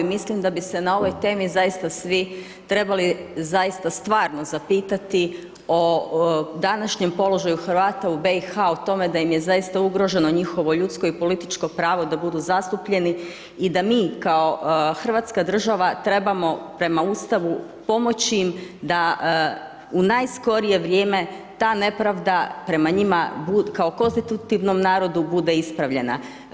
Mislim da bi se na ovoj temi zaista svi trebali zaista stvarno zapitati o današnjem položaju Hrvata u BiH o tome da im je zaista ugroženo njihovo ljudsko i političko pravo da budu zastupljeni i da mi kao Hrvatska država trebamo prema Ustavu pomoći im da u najskorije vrijeme ta nepravda prema njima kao konstitutivnom narodu bude ispravljena.